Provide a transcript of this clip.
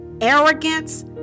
arrogance